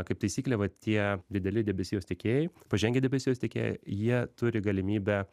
kaip taisyklė vat tie dideli debesijos tiekėjai pažengę debesijos tiekėjai jie turi galimybę